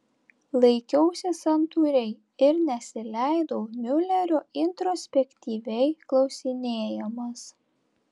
laikiausi santūriai ir nesileidau miulerio introspektyviai klausinėjamas